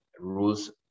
rules